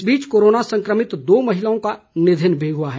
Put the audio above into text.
इस बीच कोरोना संक्रमित दो महिलाओं का निधन भी हुआ है